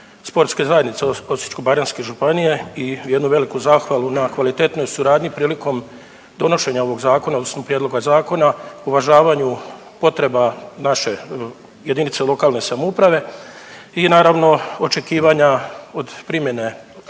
sportske zajednice Osječko-baranjske županije i jednu veliku zahvalu na kvalitetnoj suradnji prilikom donošenja ovog zakona odnosno prijedloga zakona, uvažavanju potreba naše jedinice lokalne samouprave i naravno očekivanja od primjene